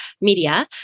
media